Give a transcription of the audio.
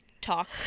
talk